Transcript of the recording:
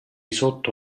sotto